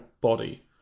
body